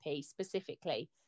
specifically